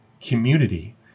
community